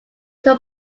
their